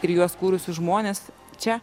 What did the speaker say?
ir juos kūrusius žmones čia